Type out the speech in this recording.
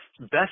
Best